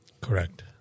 Correct